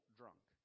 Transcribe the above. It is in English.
drunk